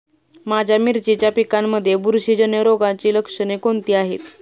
माझ्या मिरचीच्या पिकांमध्ये बुरशीजन्य रोगाची लक्षणे कोणती आहेत?